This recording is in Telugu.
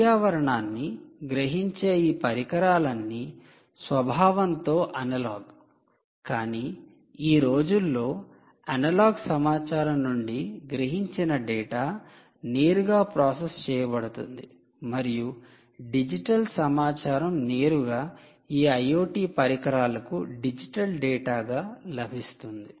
పర్యావరణాన్ని గ్రహించే ఈ పరికరాలన్నీ స్వభావంతో అనలాగ్ కానీ ఈ రోజుల్లో అనలాగ్ సమాచారం నుండి గ్రహించిన డేటా నేరుగా ప్రాసెస్ చేయబడుతుంది మరియు డిజిటల్ సమాచారం నేరుగా ఈ IoT పరికరాలకు డిజిటల్ డేటాగా లభిస్తుంది